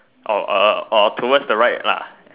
orh uh orh towards the right lah